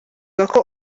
avuga